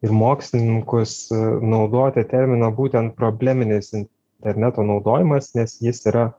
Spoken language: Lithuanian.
ir mokslininkus naudoti terminą būtent probleminis interneto naudojimas nes jis yra